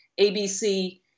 ABC